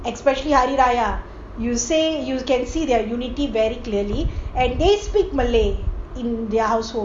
especially hari raya you say you can see their unity very clearly and they speak malay in their households